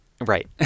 right